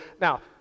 now